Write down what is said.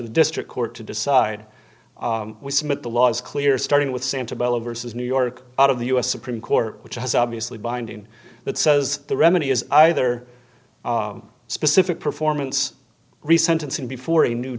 the district court to decide we submit the law is clear starting with santa bella versus new york out of the u s supreme court which has obviously binding that says the remedy is either specific performance re sentencing before a new